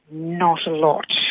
not a lot.